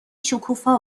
شکوفا